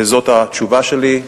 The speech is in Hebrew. זו התשובה שלי.